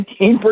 19